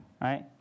right